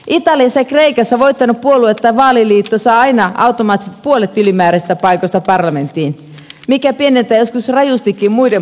italiassa ja kreikassa voittanut puolue tai vaaliliitto saa aina automaattisesti puolet ylimääräisistä paikoista parlamenttiin mikä pienentää joskus rajustikin muiden puolueiden edustusta